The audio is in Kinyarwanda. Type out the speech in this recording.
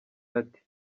ati